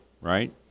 right